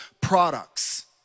products